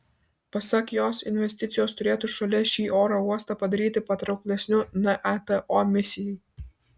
pasak jos investicijos turėtų šalia šį oro uostą padaryti patrauklesniu nato misijai